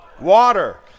water